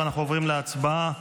אנחנו עוברים להצבעה